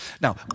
Now